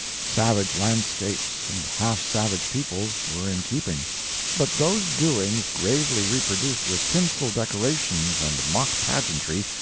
savage landscapes and half-savage peoples, were in keeping but those doings gravely reproduced with tinsel decorations and mock pageantry,